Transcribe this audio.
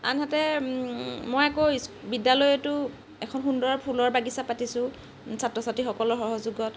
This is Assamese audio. আনহাতে মই আকৌ স্কুল বিদ্যালয়তো এখন সুন্দৰ ফুলৰ বাগিছা পাতিছোঁ ছাত্ৰ ছাত্ৰীসকলৰ সহযোগত